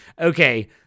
Okay